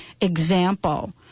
example